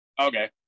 Okay